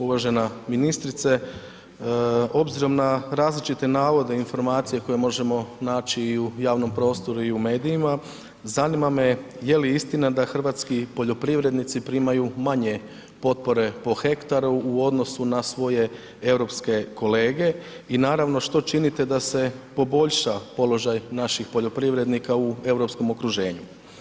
Uvažena ministrice, obzirom na različite navode i informacije koje možemo naći i u javnom prostoru i u medijima, zanima me je li istina da hrvatski poljoprivrednici primaju manje potpore po hektaru u odnosu na svoje europske kolege i naravno, što činite da se poboljša položaj naših poljoprivrednika u europskom okruženju.